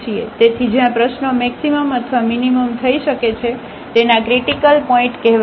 તેથી જ્યાં પ્રશ્નો મેક્સિમમ અથવા મીનીમમ થઈ શકે છે તેના ક્રિટીકલ પોઇન્ટ કહેવાય છે